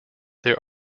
there